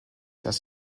dass